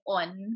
on